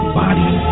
body